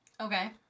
Okay